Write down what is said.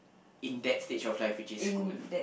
in that stage of life which is school